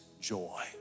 Joy